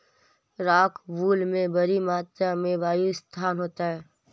rockwool में बड़ी मात्रा में वायु स्थान होता है